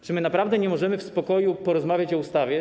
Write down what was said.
Czy my naprawdę nie możemy w spokoju porozmawiać o ustawie?